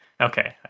Okay